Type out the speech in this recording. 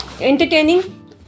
entertaining